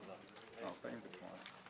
לפני התיקון.